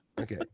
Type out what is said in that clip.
Okay